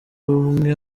umwe